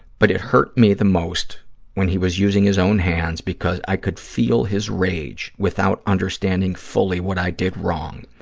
but it hurt me the most when he was using his own hands because i could feel his rage without understanding fully what i did wrong.